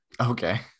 Okay